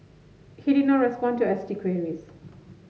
he did not respond to S T queries